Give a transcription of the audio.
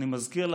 אני מזכיר לכם,